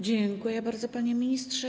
Dziękuję bardzo, panie ministrze.